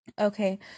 Okay